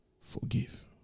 Forgive